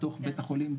בתוך בית החולים,